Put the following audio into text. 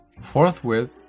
Forthwith